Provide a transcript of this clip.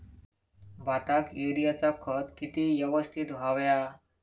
भाताक युरियाचा खत किती यवस्तित हव्या?